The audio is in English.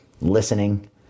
listening